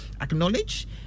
acknowledge